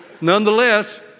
nonetheless